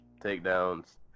takedowns